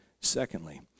secondly